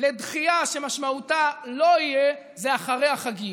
לדחייה שמשמעותה "לא יהיה" זה אחרי החגים.